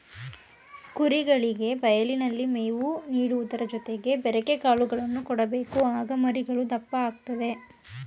ಕುರಿಗಳಿಗೆ ಬಯಲಿನಲ್ಲಿ ಮೇವು ನೀಡುವುದರ ಜೊತೆಗೆ ಬೆರೆಕೆ ಕಾಳುಗಳನ್ನು ಕೊಡಬೇಕು ಆಗ ಮರಿಗಳು ದಪ್ಪ ಆಗುತ್ತದೆ